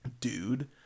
dude